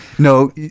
No